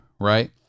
right